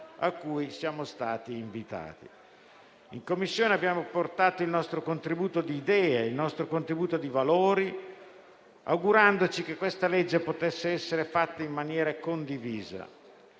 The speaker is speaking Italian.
a cui siamo stati invitati. In Commissione abbiamo portato il nostro contributo di idee e di valori, augurandoci che questa legge potesse essere approvata in maniera condivisa.